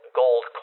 gold